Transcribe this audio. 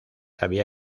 había